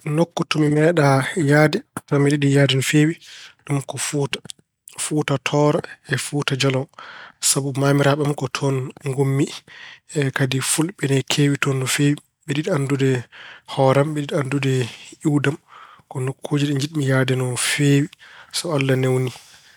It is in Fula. Nokku to mi meeɗaa yahde tawa mbeɗa yiɗi yahde toon no feewi ɗum ko Fuuta, Fuuta Tooro e Fuuta Jalon. Sabu maamiraaɓe am ko toon ngummii. Kadi fulɓe ina keewi toon no feewi. Mbeɗe yiɗi anndude hoore, mbeɗe ina anndude iwdi am. Ko nokkuuji ɗi njiɗmi yahde no feewi, so Allah neewni.